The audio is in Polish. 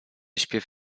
śpiew